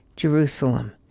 Jerusalem